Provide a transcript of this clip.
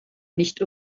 nicht